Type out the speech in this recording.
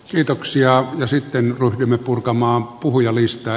kiitoksia ja sitten ryhdymme purkamaan puhujalistaa